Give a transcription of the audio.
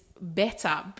better